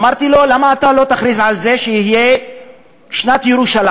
אמרתי לו: למה אתה לא תכריז על זה שתהיה שנת ירושלים,